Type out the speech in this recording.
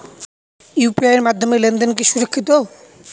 UPI এর মাধ্যমে লেনদেন কি সুরক্ষিত?